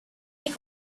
take